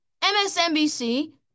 MSNBC